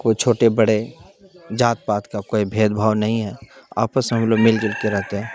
کوئی چھوٹے بڑے جات پات کا کوئی بھید بھاؤ نہیں ہے آپس میں ہم لوگ مل جل کے رہتے ہیں